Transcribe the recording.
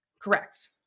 Correct